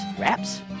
wraps